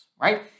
right